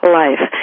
life